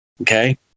Okay